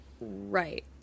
Right